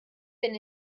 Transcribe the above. bin